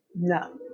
No